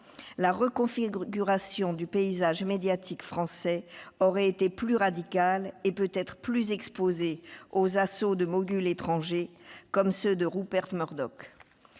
la reconfiguration du paysage médiatique français aurait été plus radicale et peut-être plus exposée aux assauts de « moguls » étrangers, comme ceux de Rupert Murdoch